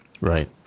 Right